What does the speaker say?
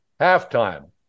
halftime